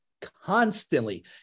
constantly